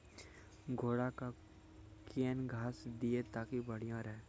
घोड़ा का केन घास दिए ताकि बढ़िया रहा?